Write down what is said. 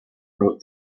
wrote